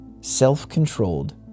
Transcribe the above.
self-controlled